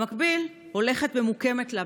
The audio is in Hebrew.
במקביל הולכת ומוקמת לה,